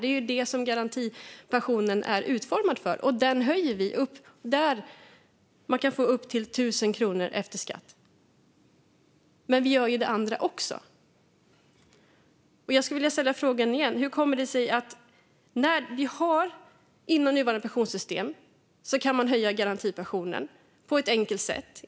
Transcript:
Det är ju det som garantipensionen är utformad för, och den höjer vi så att man kan få upp till 1 000 kronor efter skatt. Men vi gör alltså det andra också. Inom nuvarande pensionssystem kan man höja garantipensionen på ett enkelt sätt.